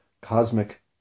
cosmic